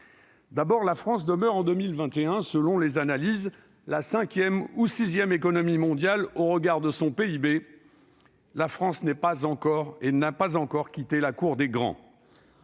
Elle demeure en 2021, selon les analyses, la cinquième ou sixième économie mondiale au regard de son PIB. La France n'a donc pas encore quitté la cour des grands,